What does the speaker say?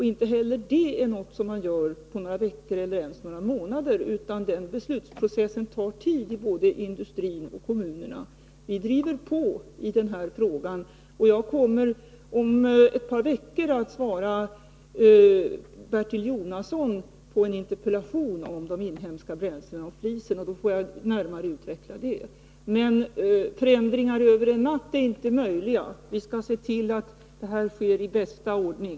Inte heller detta är något som man gör på några veckor, eller ens på några månader. Den beslutsprocessen tar tid i både industrin och kommunerna. Vi driver på i den här frågan. Jag kommer om ett par veckor att besvara en interpellation av Bertil Jonasson om de inhemska bränslena och flisen, och då får vi närmare utveckla det här. Men förändringar över en natt är inte möjliga — vi skall se till att det här sker i bästa ordning.